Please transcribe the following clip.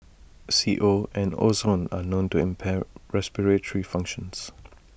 C O and ozone are known to impair respiratory functions